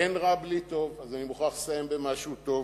אין רע בלי טוב, ואני מוכרח לסיים במשהו טוב.